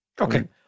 Okay